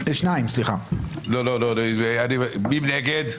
מי נגד?